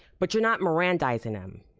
but you're not mirandizing them,